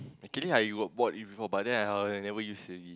actually I got bought it before but then I never use already